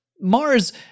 Mars